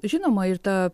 žinoma ir ta